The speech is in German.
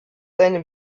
seine